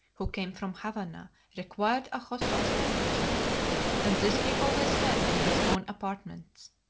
who came from havana, required a hothouse temperature and this he always had in his own apartments.